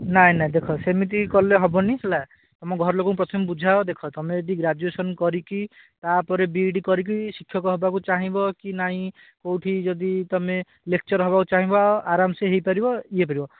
ନାହିଁ ନାହିଁ ଦେଖ ସେମିତି କଲେ ହେବନି ହେଲା ତମ ଘରଲୋକଙ୍କୁ ପ୍ରଥମେ ବୁଝାଅ ଦେଖ ତୁମେ ଯଦି ଗ୍ରାଜୁଏସନ୍ କରିକି ତା'ପରେ ବି ଇ ଡ଼ି କରିକି ଶିକ୍ଷକ ହେବାକୁ ଚାହିଁବ କି ନାହିଁ କେଉଁଠି ଯଦି ତୁମେ ଲେକ୍ଚର୍ ହେବାକୁ ଚାହିଁବ ଆରାମ ସେ ହେଇପାରିବ ଇଏ ପାରିବ